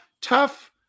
tough